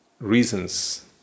reasons